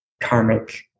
karmic